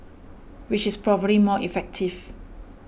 which is probably more effective